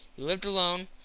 lived alone,